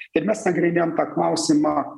ir mes nagrinėjom tą klausimą